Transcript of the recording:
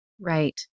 Right